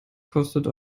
kostet